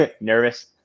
Nervous